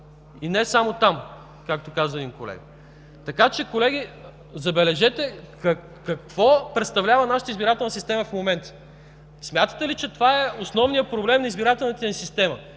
И не само там, както каза един колега. Така че, колеги, забележете какво представлява нашата избирателна система в момента! Смятате ли, че това е основният проблем на избирателната ни система?